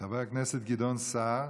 חבר הכנסת גדעון סער,